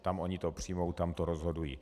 Tam oni to přijmou, tam to rozhodují.